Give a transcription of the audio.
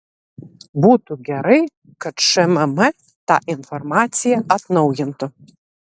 būtų gerai kad šmm tą informaciją atnaujintų